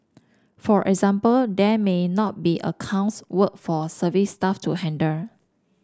for example there may not be accounts work for service staff to handle